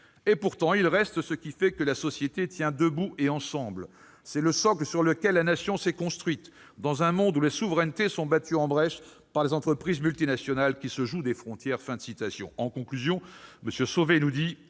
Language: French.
Et pourtant, il reste ce qui fait que la société tient debout et ensemble. C'est le socle sur lequel la Nation s'est construite, dans un monde où les souverainetés sont battues en brèche par des entreprises multinationales qui se jouent des frontières ».